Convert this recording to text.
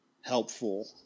helpful